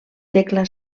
tecla